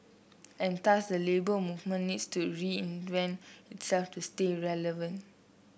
and thus the Labour Movement needs to reinvent itself to stay relevant